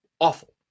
Awful